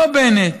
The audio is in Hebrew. לא בנט,